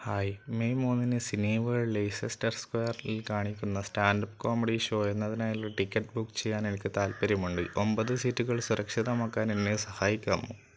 hi May മൂന്നിന് Cineworld Leicester സ്ക്വയറിൽ കാണിക്കുന്ന സ്റ്റാൻഡ്അപ്പ് കോമഡി ഷോ എന്നതിനായുള്ള ടിക്കറ്റ് ബുക്ക് ചെയ്യാൻ എനിക്ക് താൽപ്പര്യമുണ്ട് ഒമ്പത് സീറ്റുകൾ സുരക്ഷിതമാക്കാൻ എന്നെ സഹായിക്കാമോ